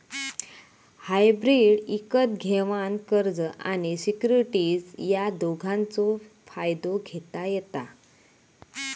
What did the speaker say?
hybrid इकत घेवान कर्ज आणि सिक्युरिटीज या दोघांचव फायदो घेता येता